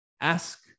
Ask